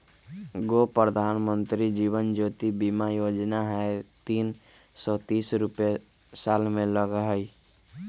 गो प्रधानमंत्री जीवन ज्योति बीमा योजना है तीन सौ तीस रुपए साल में लगहई?